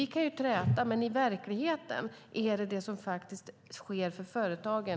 Vi kan träta, men det viktiga är det som rör företagen.